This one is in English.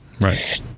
Right